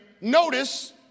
notice